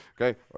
Okay